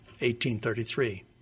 1833